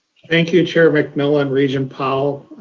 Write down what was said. thank you chair mcmillan, regent powell.